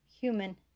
Human